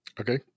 okay